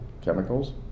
chemicals